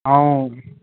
ऐं